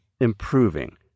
improving